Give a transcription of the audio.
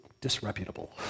disreputable